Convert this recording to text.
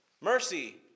Mercy